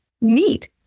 neat